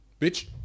bitch